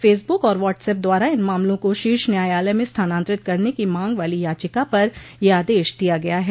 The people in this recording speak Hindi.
फेसबुक और व्हाट्सएप द्वारा इन मामलों को शीर्ष न्यायालय में स्थानांतरित करने की मांग वाली याचिका पर यह आदेश दिया गया है